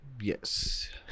yes